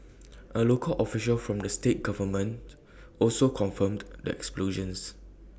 A local official from the state government also confirmed the explosions